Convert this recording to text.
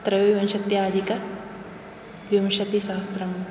त्रयोविंशत्यधिकविंशतिसहस्रं